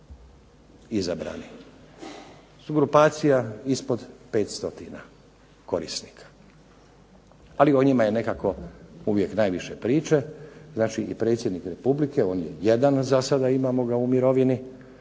Izabrani su grupacija ispod 500 korisnika. Ali o njima je nekako najviše priče. Znači i predsjednik Republike, on je jedan, za sada ga imamo u mirovini